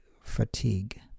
fatigue